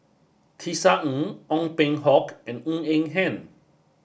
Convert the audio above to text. Tisa Ng Ong Peng Hock and Ng Eng Hen